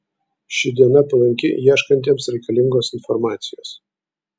ši diena palanki ieškantiems reikalingos informacijos